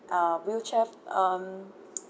uh wheelchair um